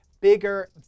Bigger